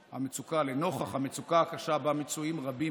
נוכח המצוקה הקשה שבה מצויים רבים